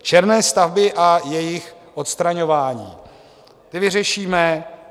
Černé stavby a jejich odstraňování, ty vyřešíme.